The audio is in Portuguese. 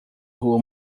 rua